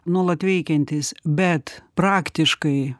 nuolat veikiantys bet praktiškai